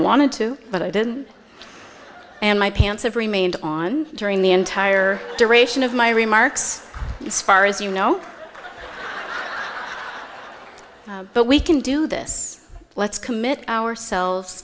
wanted to but i didn't and my pants have remained on during the entire duration of my remarks as far as you know but we can do this let's commit our